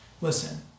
Listen